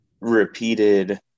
repeated